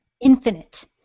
infinite